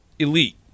elite